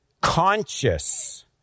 conscious